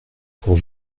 pour